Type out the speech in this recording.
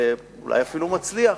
ואולי אפילו מצליח,